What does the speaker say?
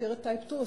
סוכרת type 2,